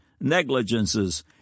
negligences